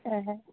হয় হয়